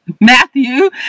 Matthew